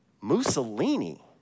Mussolini